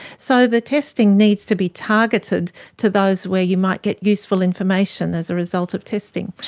so the testing needs to be targeted to those where you might get useful information as a result of testing.